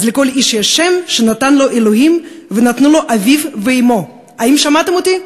"לכל איש יש שם / שנתן לו אלוהים / ונתנו לו אביו ואמו" האם שמעתם אותי?